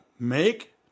make